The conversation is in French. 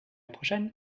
prochaine